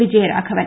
Vijayaraghavan